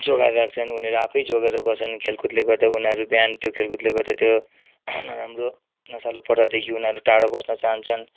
जोगाएर राख्छन् उनीहरू आफै जोगिएर बस्छन् खेलकुदले गर्दा उनीहरू बिहान त्यो खेलकुदले गर्दा त्यो नराम्रो नशालु पदार्थदेखि उनीहरू टाढो बस्न चहान्छन्